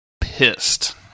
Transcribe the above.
pissed